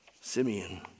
Simeon